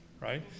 right